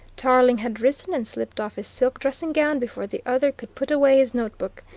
tarling had risen and slipped off his silk dressing-gown before the other could put away his notebook.